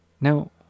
Now